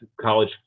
college